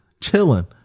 chilling